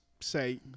say